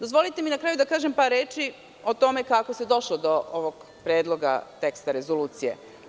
Dozvolite mi na kraju da kažem par reči o tome kako se došlo do ovog predloga teksta rezolucije.